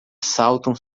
saltam